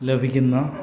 ലഭിക്കുന്ന